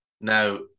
Now